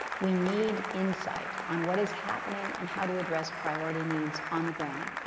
we need insight on what is happening and how to address priority needs on the ground.